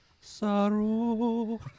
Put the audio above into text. sorrow